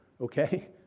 okay